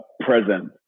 presence